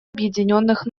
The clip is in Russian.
объединенных